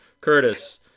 Curtis